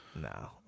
No